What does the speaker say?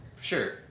Sure